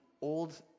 old